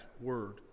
word